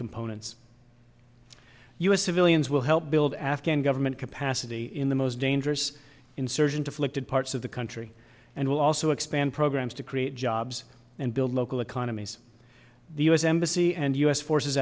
components u s civilians will help build afghan government capacity in the most dangerous insurgent afflicted parts of the country and will also expand programs to create jobs and build local economies the u s embassy and u s forces